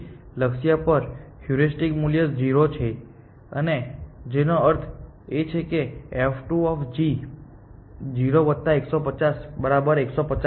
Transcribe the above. તેથી લક્ષ્ય પર હ્યુરિસ્ટિક મૂલ્ય 0 છે જેનો અર્થ એ છે કે f2 0 વત્તા 150 બરાબર 150 છે